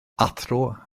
athro